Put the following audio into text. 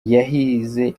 yahize